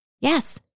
Yes